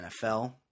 nfl